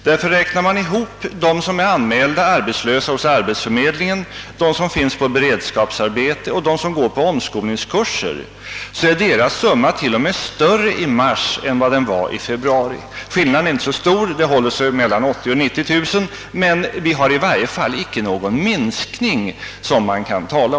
Ty räknar man samman de personer som är anmälda hos arbetsförmedlingen, de som finns på beredskapsarbete och de som går på omskolningskurser, finner man att antalet var större i mars än i februari. Skillnaden är inte så stor — antalet håller sig mellan 80000 och 90 000 men det föreligger i varje fall inte någon minskning.